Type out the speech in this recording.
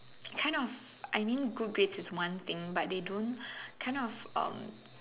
kind of I mean good grades is one thing but they don't kind of